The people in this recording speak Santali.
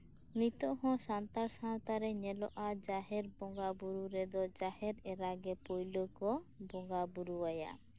ᱱᱤᱛᱚᱜ ᱦᱚᱸ ᱥᱟᱱᱛᱟᱲ ᱥᱟᱶᱛᱟᱨᱮ ᱧᱮᱞᱚᱜ ᱼᱟ ᱡᱟᱦᱮᱨ ᱵᱚᱸᱜᱟ ᱵᱩᱨᱩ ᱨᱮᱫᱚ ᱡᱟᱦᱮᱨ ᱮᱨᱟᱜᱮ ᱯᱩᱭᱞᱩᱠᱚ ᱵᱚᱸᱜᱟ ᱵᱩᱨᱩ ᱟᱭᱟ